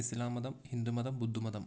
ഇസ്ലാം മതം ഹിന്ദുമതം ബുദ്ധമതം